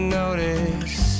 notice